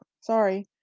sorry